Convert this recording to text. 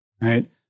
right